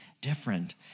different